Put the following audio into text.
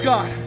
God